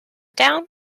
down